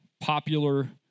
popular